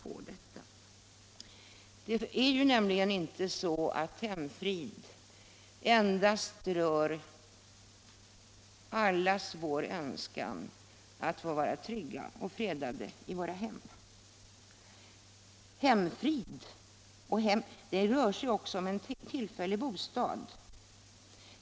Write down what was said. Hemfrid har nämligen inte endast att göra med allas vår önskan att få vara trygga och fredade i våra hem, ty begreppet hem kan också gälla en tillfällig bostad.